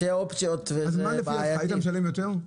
היית משלם יותר?